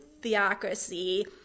theocracy